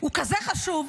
הוא כזה חשוב,